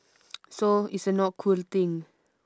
so it's a not cool thing